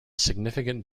significant